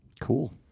cool